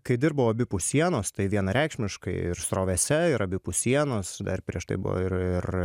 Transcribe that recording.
kai dirbau abipus sienos tai vienareikšmiškai ir srovėse ir abipus sienos dar prieš tai buvo ir ir